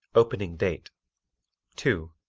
opening date two.